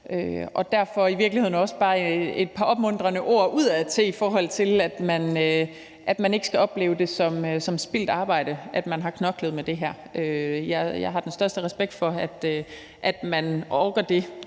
der i virkeligheden også bare lyde et par opmuntrende ord udadtil, i forhold til at man ikke skal opleve det som spildt arbejde, at man har knoklet med det her. Jeg har den største respekt for, at man orker det